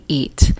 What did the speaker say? eat